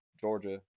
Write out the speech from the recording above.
Georgia